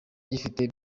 gifite